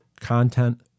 content